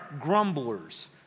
grumblers